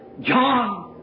John